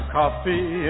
coffee